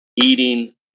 eating